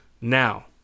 Now